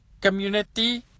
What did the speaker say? community